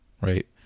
right